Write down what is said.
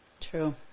True